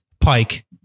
Pike